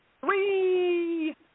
three